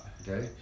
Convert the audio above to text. okay